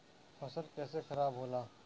फसल कैसे खाराब होला?